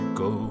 go